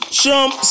jump